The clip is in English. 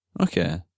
Okay